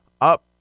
up